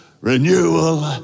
renewal